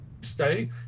stay